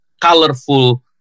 colorful